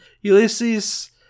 Ulysses